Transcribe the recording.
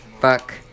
Fuck